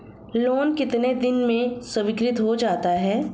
Loan कितने दिन में स्वीकृत हो जाता है?